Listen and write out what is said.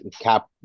cap